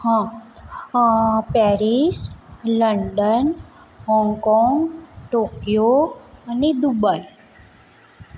હં અં Paris London Hong Kong Tokyo અને દુબઇ